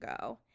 go